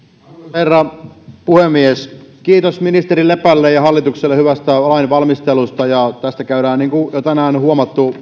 herra puhemies kiitos ministeri lepälle ja hallitukselle hyvästä lainvalmistelusta tästä käydään niin kuin jo tänään on huomattu